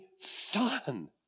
Son